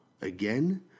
Again